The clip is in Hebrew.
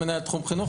אני מנהל תחום חינוך,